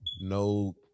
no